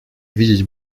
видеть